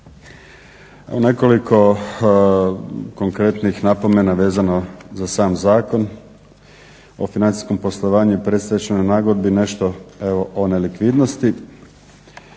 Nekoliko konkretnih napomena vezano za sam Zakon o financijskom poslovanju i predstečajnoj nagodbi, nešto evo o nelikvidnosti.